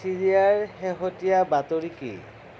ছিৰিয়াৰ শেহতীয়া বাতৰি কি